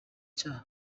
cya